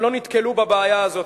שלא נתקל בבעיה הזאת.